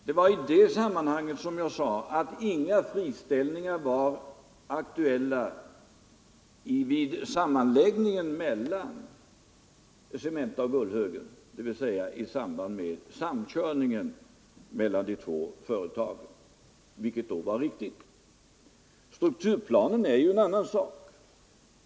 Det var i det sammanhanget som jag sade att inga friställningar var aktuella vid sammanläggningen mellan Cementa och Gullhögen, dvs. i samband med samkörningen mellan de två företagen. Detta var också helt riktigt då. Strukturplanen är en annan sak.